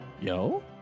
Yo